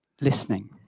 Listening